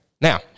Now